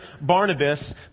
Barnabas